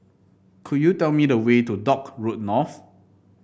could you tell me the way to Dock Road North